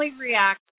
react